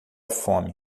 fome